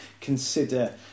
consider